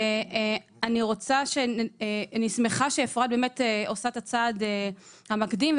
אני שמחה שאפרת עושה פה את הצעד המקדים,